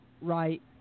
right